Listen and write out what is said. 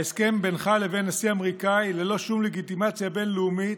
ההסכם בינך לבין נשיא אמריקאי ללא שום לגיטימציה בין-לאומית,